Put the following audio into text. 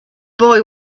boy